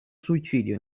suicidio